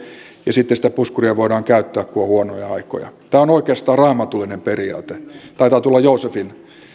ja sitten sitä puskuria voidaan käyttää kun on huonoja aikoja tämä on oikeastaan raamatullinen periaate taitaa tulla joosefin